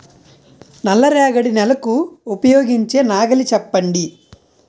నల్ల రేగడి నెలకు ఉపయోగించే నాగలి చెప్పండి?